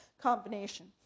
combination